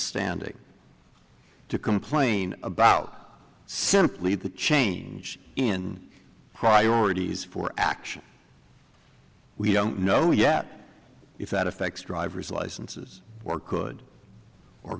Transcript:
standing to complain about simply the change in priorities for action we don't know yet if that affects driver's licenses or could or